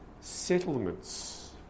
settlements